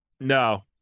No